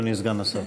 אדוני סגן השר.